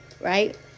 right